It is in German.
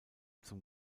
zum